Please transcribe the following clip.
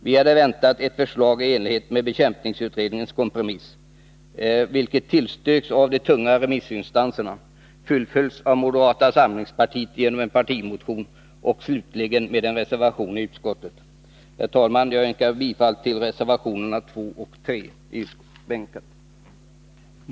Vi hade väntat oss ett förslag i enlighet med bekämpningsmedelsutredningens kompromiss, vilken tillstyrkts av de tunga remissinstanserna och fullföljts av moderata samlingspartiet genom en partimotion och slutligen med en reservation i utskottet. Herr talman! Jag yrkar bifall till reservationerna 2 och 3 i jordbruksutskottets betänkande.